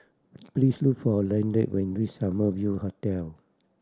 please look for Lanette when reach Summer View Hotel